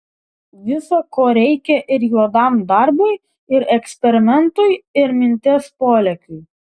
visa ko reikia ir juodam darbui ir eksperimentui ir minties polėkiui